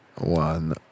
one